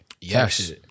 Yes